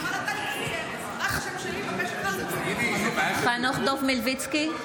(קוראת בשמות חברי הכנסת) חנוך דב מלביצקי,